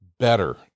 better